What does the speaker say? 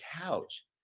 couch